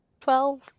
Twelve